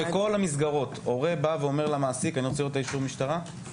בכל המסגרות הורה בא ואומר למעסיק שהוא רוצה לראות את אישור המשטרה?